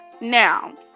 Now